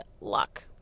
luck